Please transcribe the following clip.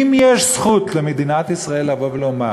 אם יש זכות למדינת ישראל לבוא ולומר: